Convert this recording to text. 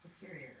Superior